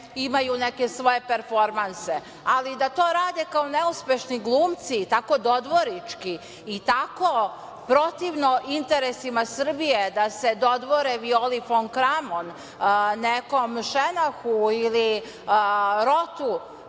imaju neke svoje performanse, ali da to rade kao neuspešni glumci, tako dodvornički i tako protivno interesima Srbije, da se dodvore Violi fon Kramon, nekom Šenahu ili Rotu,